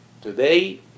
Today